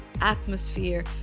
atmosphere